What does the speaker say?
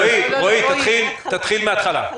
רועי, תתחיל מהתחלה.